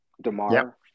DeMar